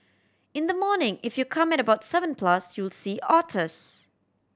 in the morning if you come at about seven plus you'll see otters